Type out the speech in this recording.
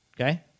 okay